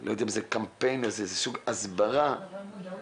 לא יודע אם קמפיין או סוג של הסברה למודעות.